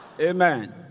Amen